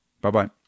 Bye-bye